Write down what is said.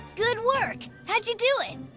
good work. how'd you do it?